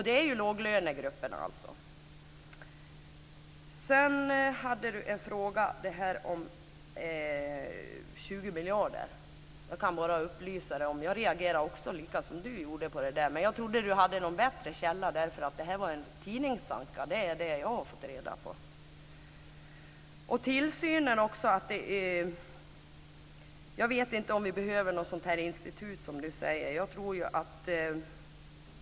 Det är låglönegrupperna. Sedan hade Cristina Husmark Pehrsson en fråga om dessa 20 miljarder. Jag kan bara upplysa henne om att jag reagerade lika som hon på det. Men jag trodde att hon hade en bättre källa därför att det här var en tidningsanka. Det är vad jag har fått reda på. Jag vet inte om vi behöver något sådant institut som Cristina Husmark Pehrsson talar om.